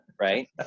right